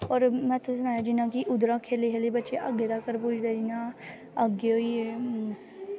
और में तुसें गी सनां तां कि उद्धरूं खेढी खेढी बच्चे अग्गें तक्कर पुजदे जि'यां अग्गें होई गे